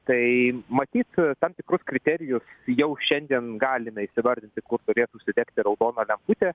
tai matyt tam tikrus kriterijus jau šiandien galime įsivardinti kur turėtų užsidegti raudona lemputė